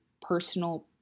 personal